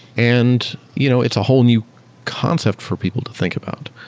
and you know it's a whole new concept for people to think about.